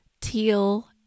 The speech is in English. Teal